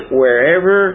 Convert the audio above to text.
wherever